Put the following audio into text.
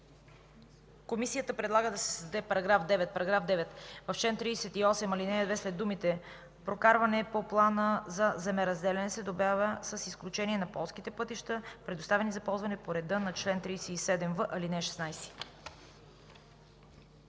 Комисията предлага да се създаде § 9: „§ 9. В чл. 38, ал. 2 след думите „прокарване по плана за земеразделяне“ се добавя „с изключение на полските пътища, предоставени за ползване по реда на чл. 37в, ал. 16”.”